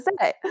say